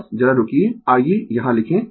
बस जरा रूकिये आइये यहां लिखे